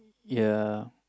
ya